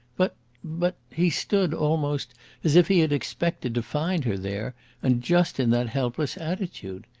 but but he stood almost as if he had expected to find her there and just in that helpless attitude.